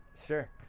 sure